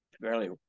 fairly